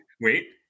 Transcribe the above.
wait